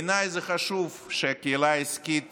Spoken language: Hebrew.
בעיניי זה חשוב שהקהילה העסקית